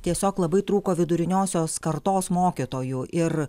tiesiog labai trūko viduriniosios kartos mokytojų ir